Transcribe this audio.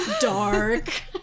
Dark